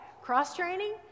Cross-training